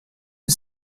que